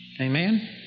Amen